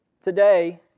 Today